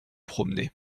promener